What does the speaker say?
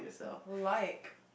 like